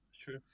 True